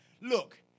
look